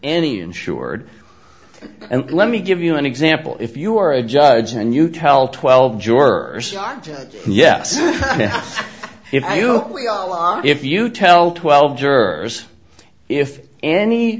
any insured and let me give you an example if you are a judge and you tell twelve jurors are yes if you if you tell twelve jurors if any